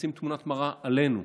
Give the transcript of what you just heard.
לשים תמונת מראה עלינו,